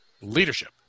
leadership